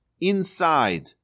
inside